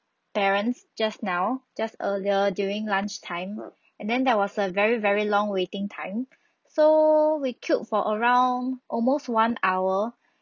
parents just now just earlier during lunch time and then there was a very very long waiting time so we queued for around almost one hour